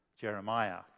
Jeremiah